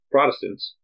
Protestants